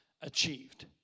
achieved